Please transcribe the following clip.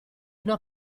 una